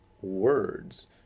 words